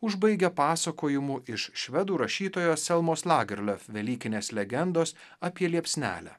užbaigia pasakojimu iš švedų rašytojos selmos lagerlof velykinės legendos apie liepsnelę